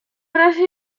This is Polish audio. razie